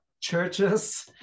churches